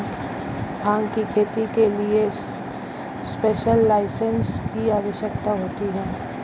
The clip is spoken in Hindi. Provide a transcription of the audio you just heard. भांग की खेती के लिए स्पेशल लाइसेंस की आवश्यकता होती है